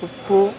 ಉಪ್ಪು